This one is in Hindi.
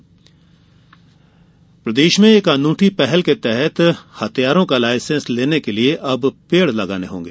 लायसेंस पौधरोपण प्रदेश में एक अनूठी पहल के तहत हथियारों का लाइसेंस लेने के लिए अब पेड़ लगाने होंगे